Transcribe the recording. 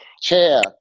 Chair